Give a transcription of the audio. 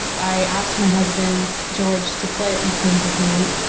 i asked my husband george to play a few tunes with me.